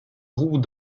roues